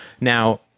Now